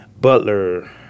Butler